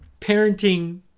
parenting